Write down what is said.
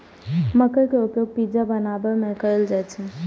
मकइ के उपयोग पिज्जा बनाबै मे कैल जाइ छै